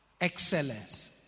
Excellence